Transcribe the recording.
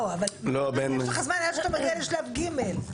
לא, מה משך הזמן עד שאתה מגיע לשלב גימ"ל?